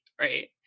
right